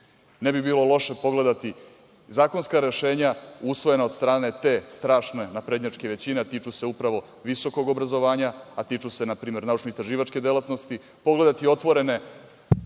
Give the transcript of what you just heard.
ne bi bilo loše pogledati zakonska rešenja usvojena od strane te strašne naprednjačke većine, a tiču se upravo visokog obrazovanja, a tiču se, na primer, naučno-istraživačke delatnosti, pogledati otvorene